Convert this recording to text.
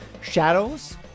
shadows